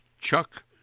Chuck